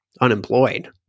unemployed